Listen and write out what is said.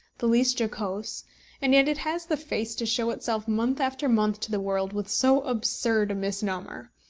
the least jocose and yet it has the face to show itself month after month to the world, with so absurd a misnomer!